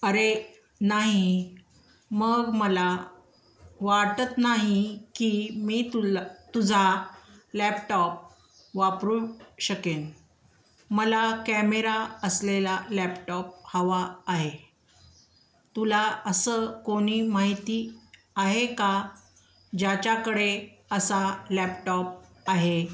अरे नाही मग मला वाटत नाही की मी तुला तुझा लॅपटॉप वापरू शकेन मला कॅमेरा असलेला लॅपटॉप हवा आहे तुला असं कोणी माहिती आहे का ज्याच्याकडे असा लॅपटॉप आहे